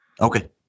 Okay